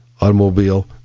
automobile